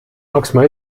maksma